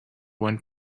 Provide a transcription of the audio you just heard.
went